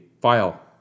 file